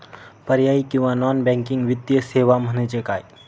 पर्यायी किंवा non banking वित्तीय सेवा म्हणजे काय?